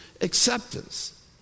acceptance